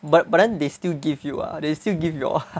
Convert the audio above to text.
but but then they still give you ah they still give y'all ah